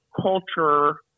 culture